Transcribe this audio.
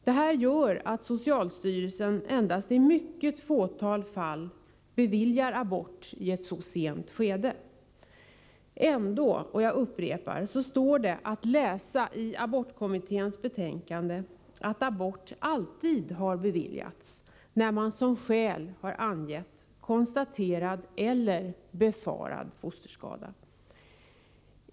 Detta gör att socialstyrelsen endast i ett mycket fåtal fall beviljar abort i ett så sent skede. Ändå, och jag upprepar, så står det att läsa i abortkommitténs betänkande att abort alltid har beviljats när man som skäl har angett konstaterad eller befarad fosterskada.